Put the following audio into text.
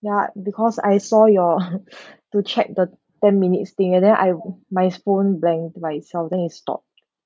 ya because I saw your to check the ten minutes thing and then I my phone blank by itself then it stopped